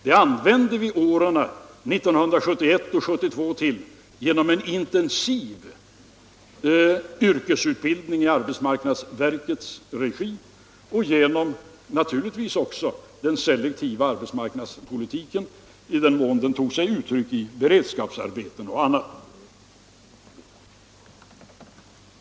Detta använde vi åren 1971 och 1972 till genom en intensiv yrkesutbildning i arbetsmarknadsverkets regi och naturligtvis också genom den selektiva arbetsmarknadspolitiken, i den mån den tog sig uttryck i beredskapsarbeten och annat.